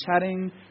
chatting